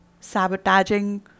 sabotaging